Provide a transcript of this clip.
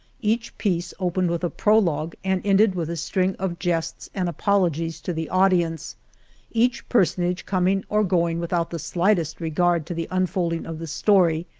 each piece opened with a prologue and ended with a string of jests and apologies to the audience each personage coming or going without the slightest regard to the un folding of the story,